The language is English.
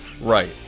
Right